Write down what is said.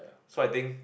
so I think